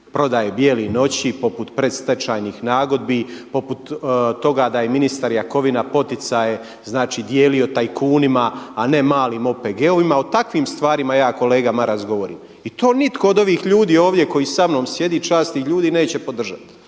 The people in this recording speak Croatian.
prodaje „Bijele noći“, poput predstečajnih nagodbi, poput toga da je ministar Jakovina poticaj znači dijelio tajkunima, a ne malim OPG-ovima. O takvim stvarima ja kolega Maras govorim i to nitko od ovih ljudi ovdje koji samnom sjedi časnih ljudi neće podržati.